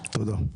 תודה.